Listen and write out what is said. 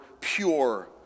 pure